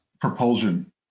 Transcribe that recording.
propulsion